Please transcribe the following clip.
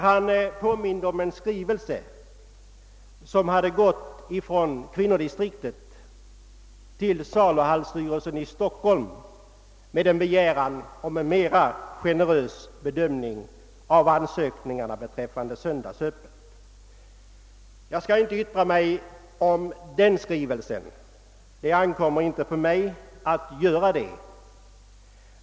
Han påminde om en skrivelse som hade gått från kvinnodistrik tet till saluhallsstyrelsen i Stockholm med en begäran om en mer generös bedömning av ansökningarna beträffande söndagsöppet. Jag skall inte yttra mig om den skrivelsen. Det ankommer inte på mig att göra det.